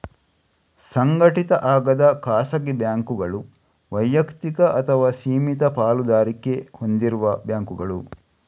ಸಂಘಟಿತ ಆಗದ ಖಾಸಗಿ ಬ್ಯಾಂಕುಗಳು ವೈಯಕ್ತಿಕ ಅಥವಾ ಸೀಮಿತ ಪಾಲುದಾರಿಕೆ ಹೊಂದಿರುವ ಬ್ಯಾಂಕುಗಳು